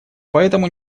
поэтому